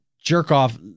jerk-off